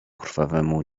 krwawemu